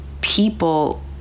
people